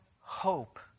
hope